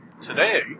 Today